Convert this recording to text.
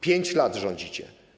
5 lat rządzicie.